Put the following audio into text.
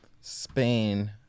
Spain